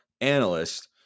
analyst